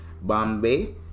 bombay